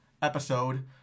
Episode